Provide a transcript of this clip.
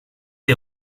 est